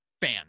fan